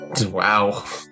Wow